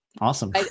Awesome